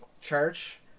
church